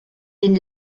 den